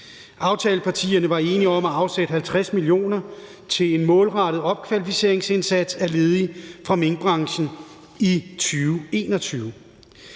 Aftalepartierne var enige om at afsætte 50 mio. kr. til en målrettet opkvalificeringsindsats af ledige fra minkbranchen i 2021.